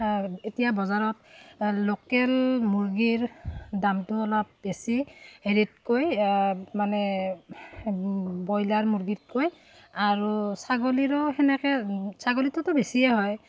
এতিয়া বজাৰত লোকেল মুৰ্গীৰ দামটো অলপ বেছি হেৰিতকৈ মানে বইলাৰ মুৰ্গীতকৈ আৰু ছাগলীৰো সেনেকৈ ছাগলীটোতো বেছিয়ে হয়